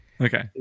Okay